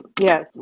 Yes